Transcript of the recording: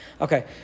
Okay